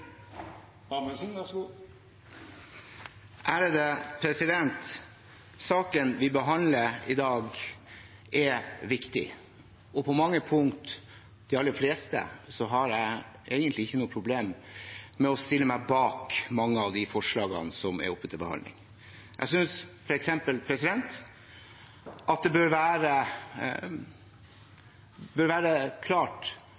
Saken vi behandler i dag, er viktig, og på mange punkt – de aller fleste – har jeg egentlig ikke noe problem med å stille meg bak mange av forslagene som er oppe til behandling. Jeg synes f.eks. det bør være klart